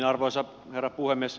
arvoisa herra puhemies